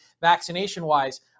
vaccination-wise